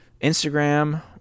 Instagram